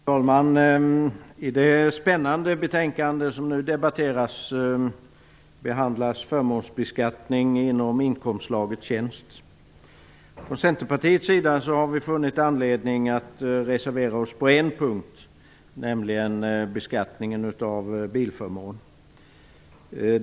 Herr talman! I det spännande betänkande som nu debatteras behandlas förmånsbeskattning inom inkomstslaget tjänst. Från Centerpartiets sida har vi funnit anledning att reservera oss på en punkt, nämligen beskattningen av bilförmån.